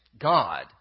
God